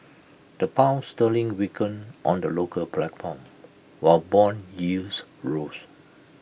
the pound sterling weaken on the local platform while Bond yields rose